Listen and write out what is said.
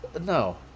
No